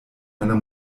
einer